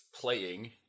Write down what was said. playing